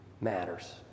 matters